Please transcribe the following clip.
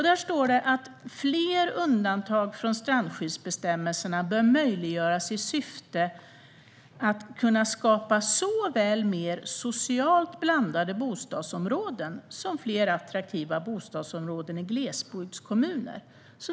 Där står det att "fler undantag från strandskyddsbestämmelserna bör möjliggöras i syfte att kunna skapa såväl mer socialt blandade bostadsområden som fler attraktiva bostadsområden i glesbygdskommuner."